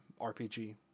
RPG